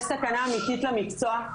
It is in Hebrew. יש סכנה אמיתית למקצוע,